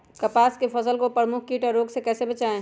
कपास की फसल को प्रमुख कीट और रोग से कैसे बचाएं?